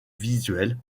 visuels